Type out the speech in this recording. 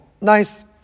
nice